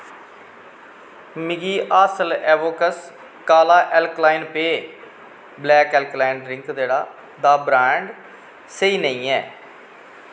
मिगी हासल एवोकस काला एल्क्लाइन पेय ब्लैक एल्कलाइन ड्रिंक जेह्ड़ा दा ब्रांड स्हेई नेईं ऐ